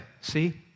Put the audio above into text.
See